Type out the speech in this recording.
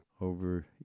over